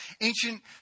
Ancient